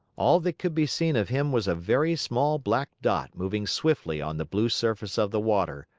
all that could be seen of him was a very small black dot moving swiftly on the blue surface of the water,